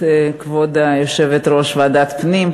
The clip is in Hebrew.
כבוד יושבת-ראש ועדת הפנים,